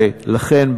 ולכן,